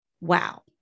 Wow